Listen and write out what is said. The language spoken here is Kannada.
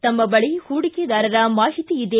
ತಮ್ಮ ಬಳಿ ಹೂಡಿಕೆದಾರರ ಮಾಹಿತಿ ಇದೆ